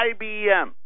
IBM